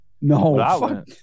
No